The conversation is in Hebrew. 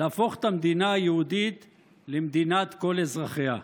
להפוך את המדינה היהודית למדינת כל אזרחיה.